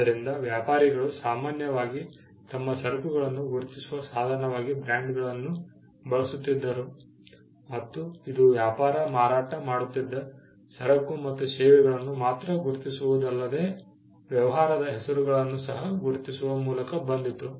ಆದ್ದರಿಂದ ವ್ಯಾಪಾರಿಗಳು ಸಾಮಾನ್ಯವಾಗಿ ತಮ್ಮ ಸರಕುಗಳನ್ನು ಗುರುತಿಸುವ ಸಾಧನವಾಗಿ ಬ್ರಾಂಡ್ಗಳನ್ನು ಬಳಸುತ್ತಿದ್ದರು ಮತ್ತು ಇದು ಅವರು ಮಾರಾಟ ಮಾಡುತ್ತಿದ್ದ ಸರಕು ಮತ್ತು ಸೇವೆಗಳನ್ನು ಮಾತ್ರ ಗುರುತಿಸುವುದಲ್ಲದೇ ವ್ಯವಹಾರದ ಹೆಸರುಗಳನ್ನು ಸಹ ಗುರುತಿಸುವ ಮೂಲಕ ಬಂದಿತು